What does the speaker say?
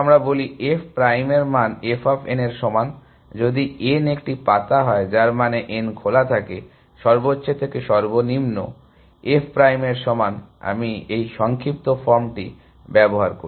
এসো আমরা বলি f প্রাইম এর মান f অফ n এর সমান যদি n একটি পাতা হয় যার মানে n খোলা থাকে সর্বোচ্চ থেকে সর্বনিম্ন f প্রাইম এর সমান আমি এই সংক্ষিপ্ত ফর্মটি ব্যবহার করি